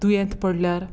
दुयेंत पोडल्यार